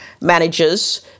managers